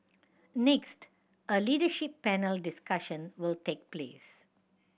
next a leadership panel discussion will take place